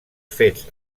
fets